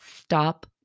stop